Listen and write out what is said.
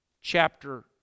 chapter